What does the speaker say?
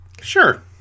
Sure